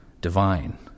Divine